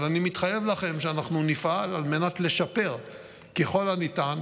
אבל אני מתחייב לכם שאנחנו נפעל לשפר ככל הניתן